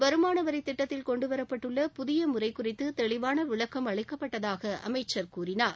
வருமான வரி திட்டத்தில் கொண்டுவரப்பட்டுள்ள புதிய முறை குறித்து தெளிவான விளக்கம் அளிக்கப்பட்டதாக அமைச்ச் கூறினார்